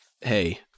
hey